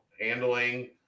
handling